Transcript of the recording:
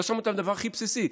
לא שמו את הדבר הכי בסיסי,